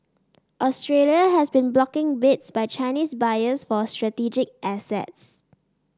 Australia has been blocking bids by Chinese buyers for strategic assets